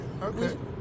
Okay